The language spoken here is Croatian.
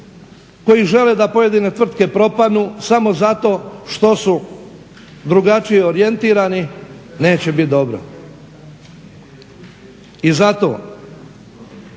koji žele da pojedine tvrtke propadnu samo zato što su drugačije orijentirani neće biti dobro. I zato